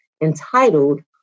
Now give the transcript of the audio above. entitled